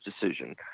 decision